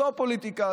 זו הפוליטיקה.